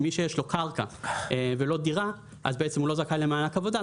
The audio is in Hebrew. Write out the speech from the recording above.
מי שיש לו קרקע ולא דירה אינו זכאי למענק עבודה,